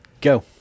Go